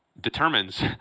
determines